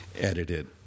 edited